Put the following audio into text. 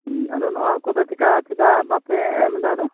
ᱟᱫᱚ ᱱᱚᱣᱟ ᱠᱮᱫᱮ ᱪᱮᱫᱟᱜ ᱵᱟᱯᱮ ᱮᱢᱫᱟᱯᱮ ᱟᱫᱚ